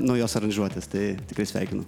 naujos aranžuotės tai tikrai sveikinu